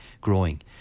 growing